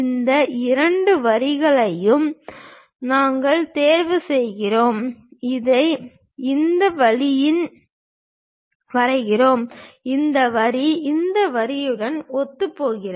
இந்த இரண்டு வரிகளையும் நாங்கள் தேர்வு செய்கிறோம் இதை இந்த வழியில் வரைகிறோம் இந்த வரி இந்த வரியுடன் ஒத்துப்போகிறது